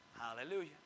Hallelujah